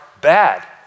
bad